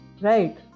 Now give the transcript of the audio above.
right